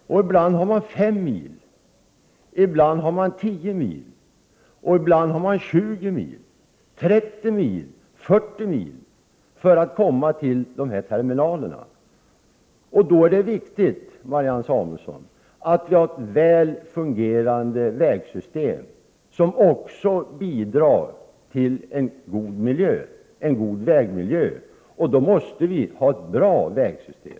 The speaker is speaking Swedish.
Ibland har man 5 mil, ibland 10, 20, 30 eller 40 mil för att komma till en terminal. Då är det viktigt, Marianne Samuelsson, att vi har ett väl fungerande vägnät som dessutom bidrar till en god vägmiljö. Då måste vi ha ett bra vägsystem.